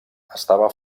estava